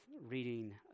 reading